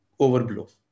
overblow